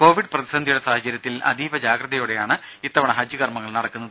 Covid പ്രതിസന്ധിയുടെ സാഹചര്യത്തിൽ അതീവ ജാഗ്രതയോടെയാണ് ഇത്തവണ ഹജ്ജ് കർമങ്ങൾ നടക്കുന്നത്